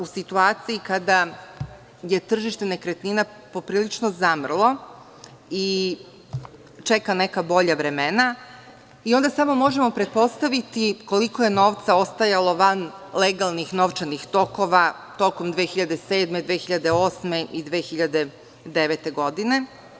U situaciji kada je tržište nekretnina poprilično zamrlo i čeka neka bolja vremena, onda samo možemo pretpostaviti koliko je novca ostajalo van legalnih novčanih tokova, tokom 2007, 2008. i 2009. godine.